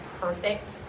perfect